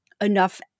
enough